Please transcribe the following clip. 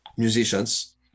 Musicians